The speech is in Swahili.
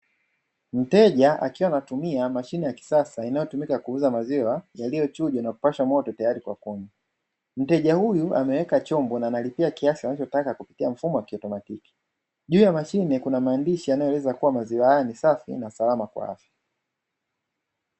Mteja akiwa anatumia mashine ya kisasa inayotumika kuuza maziwa yaliyochujwa na kupashwa moto tayari kwa kunywa. Mteja huyu ameweka chombo na analipia kiasi anachotaka kupitia mfumo wa kiautomatiki. Juu ya mashine kuna maandishi yanayoeleza kuwa maziwa haya ni safi na salama kwa afya.